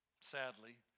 sadly